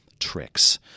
tricks